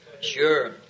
Sure